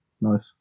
nice